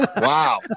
Wow